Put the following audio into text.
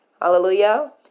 Hallelujah